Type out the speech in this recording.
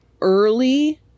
early